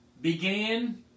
began